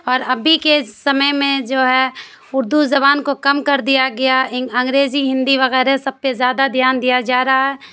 اور ابھی کے سمے میں جو ہے اردو زبان کو کم کر دیا گیا انگریزی ہندی وغیرہ سب پہ زیادہ دھیان دیا جا رہا ہے